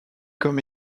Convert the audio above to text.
comme